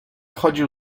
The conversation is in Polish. chodził